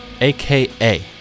aka